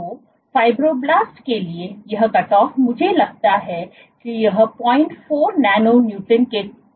तो फाइब्रोब्लास्ट के लिए यह कटऑफ मुझे लगता है कि यह 04 नैनो न्यूटन के क्रम का है